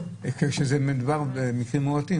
כשמדובר במקרים מועטים,